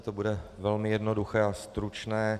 To bude velmi jednoduché a stručné.